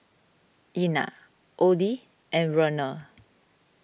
Ina Odie and Werner